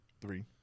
Three